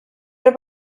have